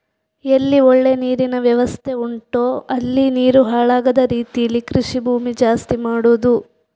ಎಲ್ಲಿ ಒಳ್ಳೆ ನೀರಿನ ವ್ಯವಸ್ಥೆ ಉಂಟೋ ಅಲ್ಲಿ ನೀರು ಹಾಳಾಗದ ರೀತೀಲಿ ಕೃಷಿ ಭೂಮಿ ಜಾಸ್ತಿ ಮಾಡುದು